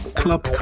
club